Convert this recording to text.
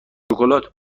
شکلات